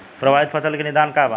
प्रभावित फसल के निदान का बा?